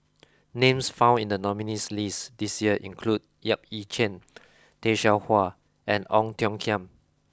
names found in the nominees' list this year include Yap Ee Chian Tay Seow Huah and Ong Tiong Khiam